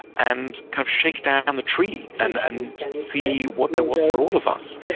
and kind of shake down and the tree and and see what there was for all of us.